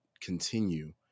continue